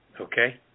Okay